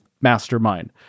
mastermind